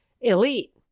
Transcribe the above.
elite